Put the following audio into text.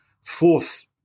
fourth